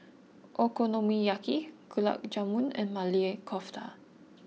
Okonomiyaki Gulab Jamun and Maili Kofta